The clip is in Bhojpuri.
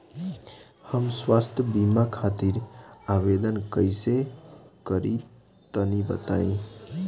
हम स्वास्थ्य बीमा खातिर आवेदन कइसे करि तनि बताई?